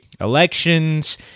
elections